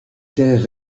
terre